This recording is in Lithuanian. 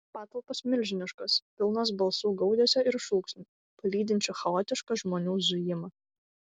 patalpos milžiniškos pilnos balsų gaudesio ir šūksnių palydinčių chaotišką žmonių zujimą